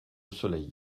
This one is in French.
soleil